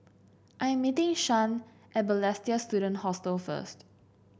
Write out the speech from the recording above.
I am meeting Shan at Balestier Student Hostel first